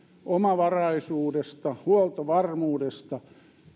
omavaraisuudesta huoltovarmuudesta